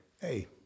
hey